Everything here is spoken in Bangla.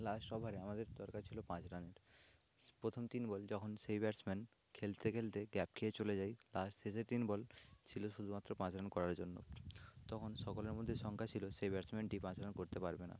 লাস্ট ওভারে আমাদের দরকার ছিল পাঁচ রানের প্রথম তিন বল যখন সেই ব্যাটসম্যান খেলতে খেলতে গ্যাপ খেয়ে চলে যায় তার শেষের তিন বল ছিল শুধুমাত্র পাঁচ রান করার জন্য তখন সকলের মধ্যে শঙ্কা ছিল সেই ব্যাটসম্যানটি পাঁচ রান করতে পারবে না